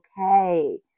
okay